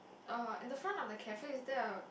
uh in the front of the cafe is there a